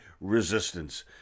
resistance